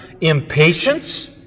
impatience